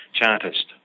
chartist